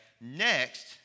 Next